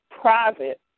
private